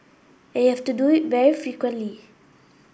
and you have to do it very frequently